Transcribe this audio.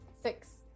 Six